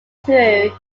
through